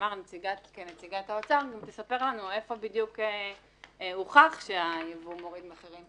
שתמר כנציגת האוצר גם תספר לנו איפה בדיוק הוכח שהייבוא מוריד מחירים,